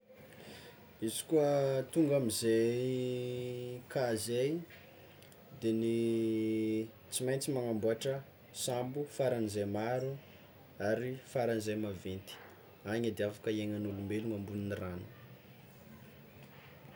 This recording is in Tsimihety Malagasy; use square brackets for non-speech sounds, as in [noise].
Izy koa tonga amizay cas zay, de ny [hesitation] tsy maintsy magnamboatra sambo faran'izay maro ary faran'izay maventy, any edy afaka iainan'olombelogno ambonin'ny rano.